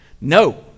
no